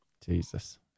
Jesus